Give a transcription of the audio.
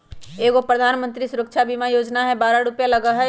एगो प्रधानमंत्री सुरक्षा बीमा योजना है बारह रु लगहई?